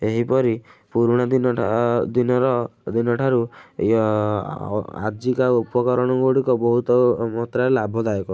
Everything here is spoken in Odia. ଏହିପରି ପୁରୁଣା ଦିନ ଠା ଦିନର ଦିନ ଠାରୁ ଇଅ ଆଜିକା ଉପକରଣ ଗୁଡ଼ିକ ବହୁତ ମାତ୍ରାରେ ଲାଭ ଦାୟକ